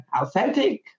authentic